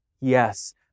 Yes